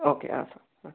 okay ആ sir ആ